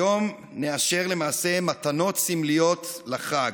היום נאשר למעשה מתנות סמליות לחג,